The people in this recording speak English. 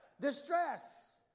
Distress